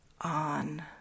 on